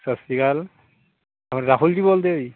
ਸਤਿ ਸ਼੍ਰੀ ਅਕਾਲ ਹੋਰ ਰਾਹੁਲ ਜੀ ਬੋਲਦੇ ਹੋ ਜੀ